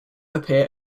appear